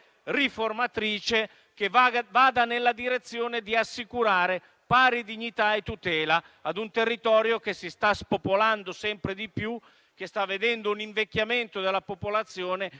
riformatrice che vada nella direzione di assicurare pari dignità e tutela a un territorio che si sta spopolando sempre di più, che sta vedendo un invecchiamento della popolazione